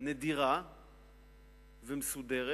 נדירה ומסודרת,